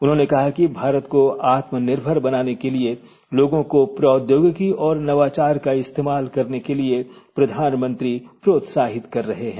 उन्होंने कहा कि भारत को आत्मनिर्भर बनाने के लिए लोगों को प्रौद्योगिकी और नवाचार का इस्तेमाल करने के लिए प्रधानमंत्री प्रोत्साहित कर रहे हैं